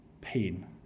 pain